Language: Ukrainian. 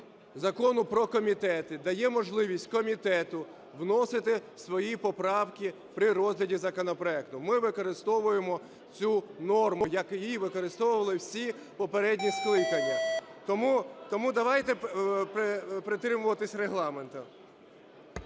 Закону про комітети дає можливість комітету вносити свої поправки при розгляді законопроекту. Ми використовуємо цю норму як її використовували всі попередні скликання. Тому давайте притримуватись Регламенту.